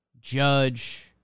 Judge